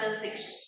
fiction